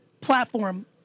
platform